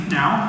now